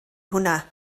hwnna